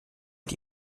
die